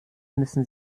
müssen